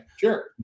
Sure